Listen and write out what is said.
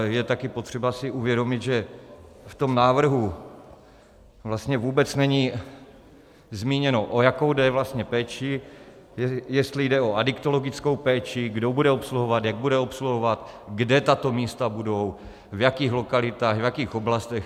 Je také potřeba si uvědomit, že v tom návrhu vlastně vůbec není zmíněno, o jakou jde vlastně péči, jestli jde o adiktologickou péči, kdo bude obsluhovat, jak bude obsluhovat, kde tato místa budou, v jakých lokalitách, v jakých oblastech.